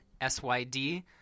S-Y-D